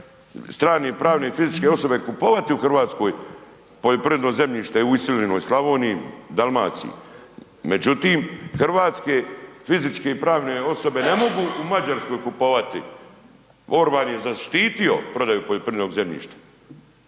strane, pravne i fizičke osobe kupovati u Hrvatskoj poljoprivredno zemljište u iseljenoj Slavoniji, Dalmaciji. Međutim, hrvatske fizičke i pravne osobe ne mogu u Mađarskoj kupovati. Orban je zaštitio prodaju poljoprivrednog zemljišta